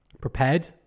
Prepared